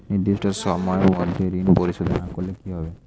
নির্দিষ্ট সময়ে মধ্যে ঋণ পরিশোধ না করলে কি হবে?